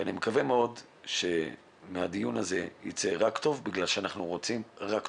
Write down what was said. ואני מקווה מאוד שמהדיון הזה ייצא רק טוב כיוון שאנחנו רוצים רק טוב.